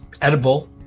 edible